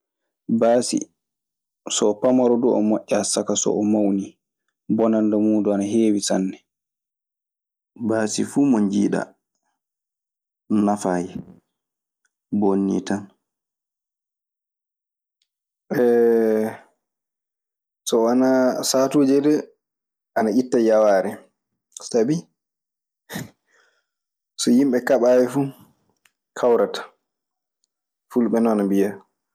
Baasi, so o pamaro duu o moƴƴa saka so o mawnii. Bonande muuɗun ana heewi sanne. Baasi fuu mo njiiɗaa nafaayi, bonnii tan. So wanaa, saatuuje dee, ana itta yawaare. Sabi so yimɓe kaɓaayi fu kawarata, fulɓe nii ana mbiya.